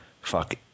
fuck